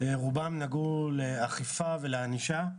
רובם נגעו לאכיפה ולענישה,